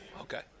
Okay